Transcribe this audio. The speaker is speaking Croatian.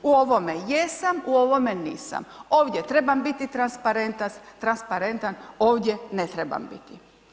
U ovome jesam, u ovome nisam, ovdje trebam biti transparentan, ovdje ne trebam biti.